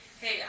hey